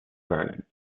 vernon